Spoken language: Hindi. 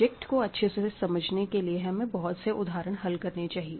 सब्जेक्ट को अच्छे से समझने के लिए हमें बहुत से उदाहरण हल करने चाहिए